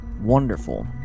Wonderful